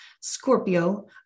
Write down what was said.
Scorpio